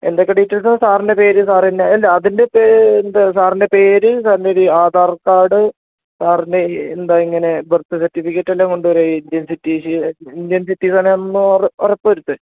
എന്തൊക്കെ ഡീറ്റെയിൽസാ സാറിൻറ്റെ പേരിൽ സാറെന്നെ എല്ലാ അതിന്റെ പേര് സാറിന്റെ പേര് സാറിന്റെ ഒരു ആധാർ കാഡ് സാറിന്റെ എന്താ ഇങ്ങനെ ബെർത്ത് സെർട്ടിഫിക്കറ്റെല്ലാം കൊണ്ട് വരുക ഇന്ത്യൻ സിറ്റി ഇന്ത്യൻ സിറ്റിസൻസാണെന്ന് ഉറപ്പ് വരുത്താൻ